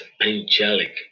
angelic